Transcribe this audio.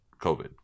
COVID